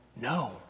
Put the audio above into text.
no